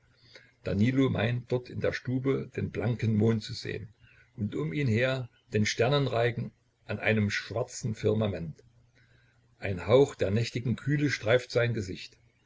danilo meint dort in der stube den blanken mond zu sehen und um ihn her den sternenreigen an einem schwarzen firmament ein hauch der nächtigen kühle streift sein gesicht